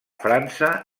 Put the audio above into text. frança